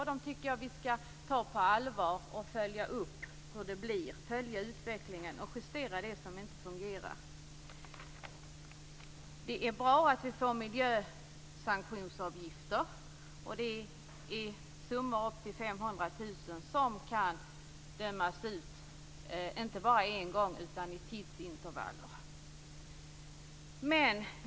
Jag tycker att vi skall ta dem på allvar, följa utvecklingen och justera det som inte fungerar. Det är bra att vi får miljösanktionsavgifter. Det är summor på upp till 500 000 kr som kan dömas ut i tidsintervaller.